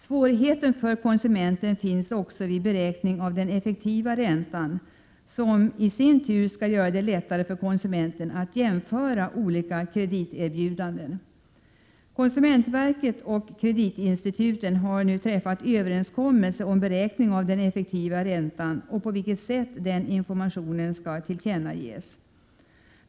Svårigheter för konsumenten uppstår också vid beräkning av den effektiva räntan, som i sin tur skall göra det lättare för konsumenten att jämföra olika krediterbjudanden. Konsumentverket och kreditinstituten har nu träffat överenskommelse om beräkning av den effektiva räntan och om sättet på vilket denna information skall tillkännages.